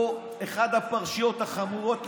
פה אחת הפרשיות החמורות,